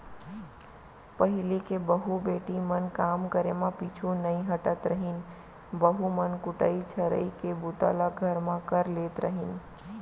पहिली के बहू बेटी मन काम करे म पीछू नइ हटत रहिन, बहू मन कुटई छरई के बूता ल घर म कर लेत रहिन